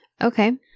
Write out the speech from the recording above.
Okay